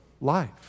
life